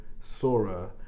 Sora